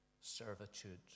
servitude